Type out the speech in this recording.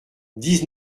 dix